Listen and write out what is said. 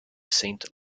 saint